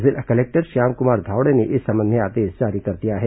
जिला कलेक्टर श्याम कुमार धावड़े ने इस संबंध में आदेश जारी कर दिया है